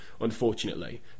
unfortunately